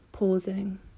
Pausing